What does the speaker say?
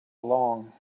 along